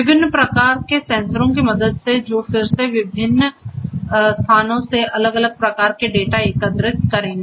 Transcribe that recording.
विभिन्न प्रकार के सेंसरों की मदद से जो फिर से विभिन्न स्थानों से अलग अलग प्रकार के डेटा एकत्र करेंगे